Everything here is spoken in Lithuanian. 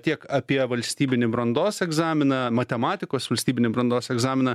tiek apie valstybinį brandos egzaminą matematikos valstybinį brandos egzaminą